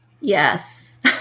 Yes